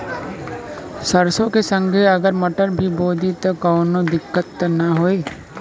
सरसो के संगे अगर मटर भी बो दी त कवनो दिक्कत त ना होय?